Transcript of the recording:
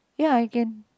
ya I can